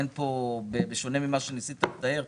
בשונה ממה שניסית לתאר,